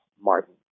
Martin